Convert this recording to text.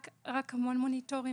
יש רק המון מוניטורים